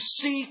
seek